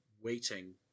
waiting